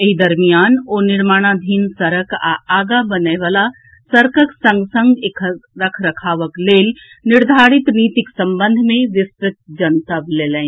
एहि दरमियान ओ निर्माणाधीन सड़क आ आगा बनएवला सड़कक संग संग एकर रख रखावक लेल निर्धारित नीतिक संबंध मे विस्तृत जनतब लेलनि